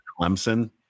Clemson